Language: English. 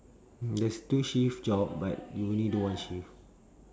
there's two shift job but you only do one shift